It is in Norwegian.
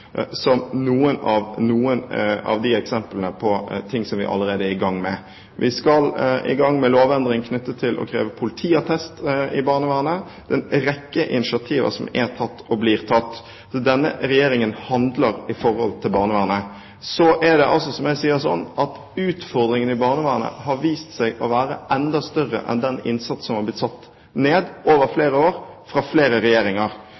som er noen eksempler på hva vi allerede er i gang med. Vi skal i gang med en lovendring knyttet til det å kreve politiattest i barnevernet. Det er en rekke initiativer som er tatt, og blir tatt. Så denne regjeringen handler når det gjelder barnevernet. Utfordringene i barnevernet har vist seg å være enda større enn den innsats som er blitt satt ned over flere år, fra flere regjeringer.